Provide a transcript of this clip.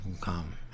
come